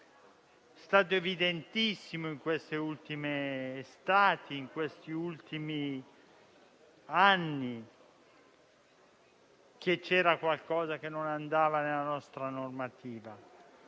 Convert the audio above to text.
estati e in questi ultimi anni che c'era qualcosa che non andava nella nostra normativa.